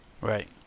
Right